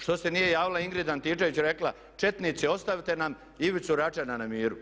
Što se nije javila Ingrid Antičević i rekla, četnici ostavite nam Ivicu Račana na miru?